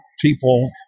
people